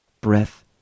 breath